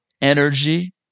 energy